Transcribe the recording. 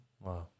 Wow